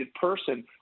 person